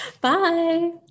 Bye